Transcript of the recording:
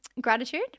Gratitude